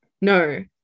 no